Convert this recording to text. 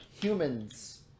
humans